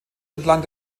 entlang